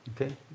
Okay